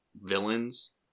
villains